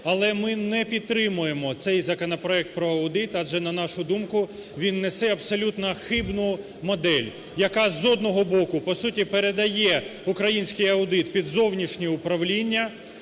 Але ми не підтримуємо цей законопроект про аудит, адже, на нашу думку, він несе абсолютно хибну модель, яка, з одного боку, по суті, передає український аудит під зовнішнє управління,